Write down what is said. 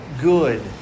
good